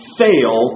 fail